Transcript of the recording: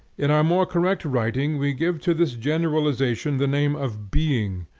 in our more correct writing we give to this generalization the name of being,